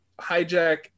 hijack